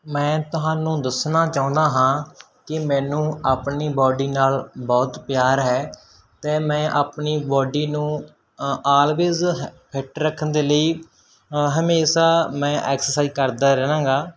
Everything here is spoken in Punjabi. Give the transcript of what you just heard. ਮੈਂ ਤੁਹਾਨੂੰ ਦੱਸਣਾ ਚਾਹੁੰਦਾ ਹਾਂ ਕਿ ਮੈਨੂੰ ਆਪਣੀ ਬਾਡੀ ਨਾਲ ਬਹੁਤ ਪਿਆਰ ਹੈ ਅਤੇ ਮੈਂ ਆਪਣੀ ਬਾਡੀ ਨੂੰ ਅ ਆਲਵੇਜ਼ ਫਿੱਟ ਰੱਖਣ ਦੇ ਲਈ ਹਮੇਸ਼ਾ ਮੈਂ ਐਕਸਰਸਾਈਜ ਕਰਦਾ ਰਹਿੰਦਾ ਹੈਗਾ